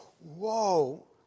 whoa